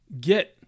get